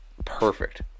Perfect